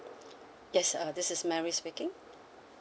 yes uh this is mary speaking